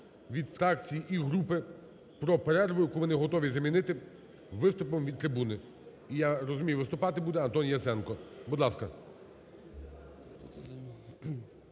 від фракцій і групи про перерву, яку вони готові замінити виступом від трибуни. І я розумію, виступати буде Антон Яценко. Будь ласка.